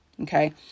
Okay